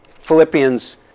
Philippians